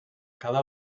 cada